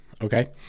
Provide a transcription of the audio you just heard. Okay